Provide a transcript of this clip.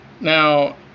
Now